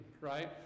right